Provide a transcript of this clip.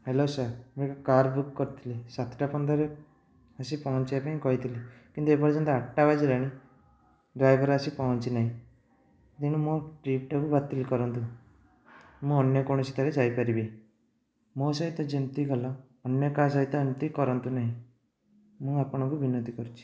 hello sir ମୁଁ car book କରିଥିଲି ସାତଟା ପନ୍ଦରରେ ଆସି ପହଞ୍ଚିବା ପାଇଁ କହିଥିଲି କିନ୍ତୁ ଏପର୍ଯ୍ୟନ୍ତ ଆଠଟା ବାଜିଲାଣି ଡ୍ରାଇଭର ଆସି ପହଁଞ୍ଚି ନାହିଁ ତେଣୁ ମୋର ଟ୍ରିପ୍ ଟାକୁ ବାତିଲ କରନ୍ତୁ ମୁଁ ଅନ୍ୟ କୌଣସିଥିରେ ଯାଇପାରିବି ମୋ ସହିତ ଯେମିତି ହେଲା ଅନ୍ୟ କାହା ସହିତ ଏମିତି କରନ୍ତୁ ନାହିଁ ମୁଁ ଆପଣଙ୍କୁ ବିନତି କରୁଛି